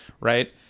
Right